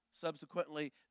subsequently